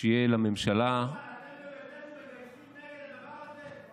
שיהיה לממשלה, רומן, אתם, לדבר הזה?